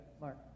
Mark